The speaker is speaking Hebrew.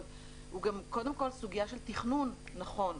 אבל הוא קודם כל סוגיה של תכנון נכון.